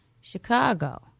Chicago